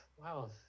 wow